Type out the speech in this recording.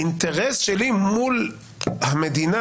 אינטרס שלי מול המדינה,